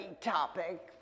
topic